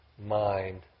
mind